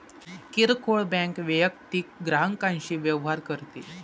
किरकोळ बँक वैयक्तिक ग्राहकांशी व्यवहार करते